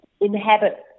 inhabit